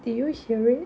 did you hear it